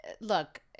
look